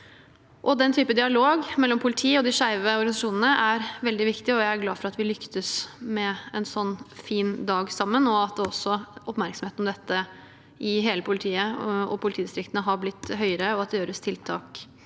Den type dialog mellom politi og de skeive organisasjonene er veldig viktig. Jeg er glad for at vi lyktes med en sånn fin dag sammen, at også oppmerksomheten om dette i hele politiet og politidistriktene har blitt større, og at det gjøres tiltak.